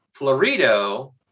florido